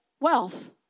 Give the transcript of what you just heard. wealth